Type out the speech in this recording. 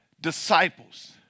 disciples